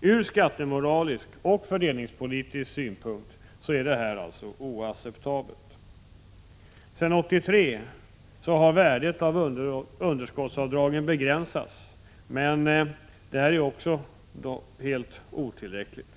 Ur skattemoralisk och fördelningspolitisk synpunkt är detta oacceptabelt. Sedan 1983 har värdet av underskottsavdragen begränsats. Men detta är dock helt otillräckligt.